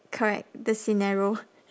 correct the scenario